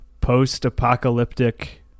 post-apocalyptic